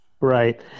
Right